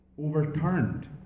overturned